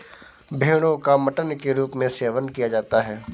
भेड़ो का मटन के रूप में सेवन किया जाता है